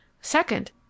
Second